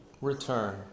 return